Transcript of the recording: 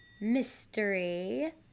mystery